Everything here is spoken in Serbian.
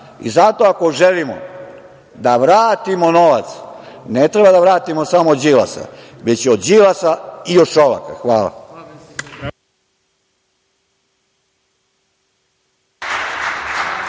I zato ako želimo da vratimo novac, ne treba da vratimo samo od Đilasa, već i od Đilasa i od Šolaka. Hvala.